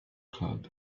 club